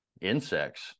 insects